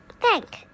Thank